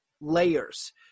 layers